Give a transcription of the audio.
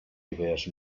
idees